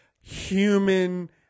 human